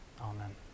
Amen